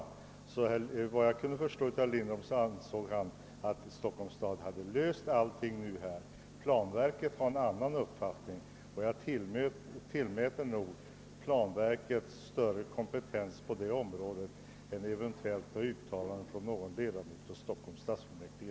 Enligt vad jag kunde förstå ansåg herr Lindholm att Stockholms stad hade löst alla problem, men planverket har en annan uppfattning, och jag tillmäter nog planverket större kompetens på det området än någon ledamot av Stockholms stadsfullmäktige.